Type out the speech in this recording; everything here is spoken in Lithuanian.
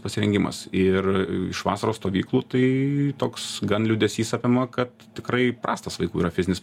pasirengimas ir iš vasaros stovyklų tai toks gan liūdesys apima kad tikrai prastas vaikų yra fizinis